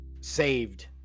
saved